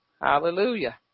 hallelujah